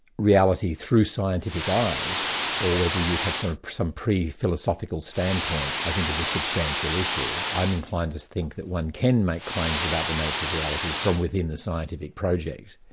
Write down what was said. reality through scientific eyes or whether you have sort of some pre-philosophical standpoint, i think is a substantial issue. i'm inclined to think that one can make claims about the nature of reality from within the scientific project.